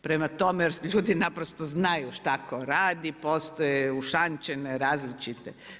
Prema tome, jer ljudi naprosto znaju šta tko radi, postoje ušančene različite.